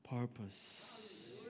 purpose